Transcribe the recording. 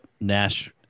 Nash